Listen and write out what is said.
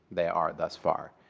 they are thus far.